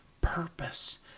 purpose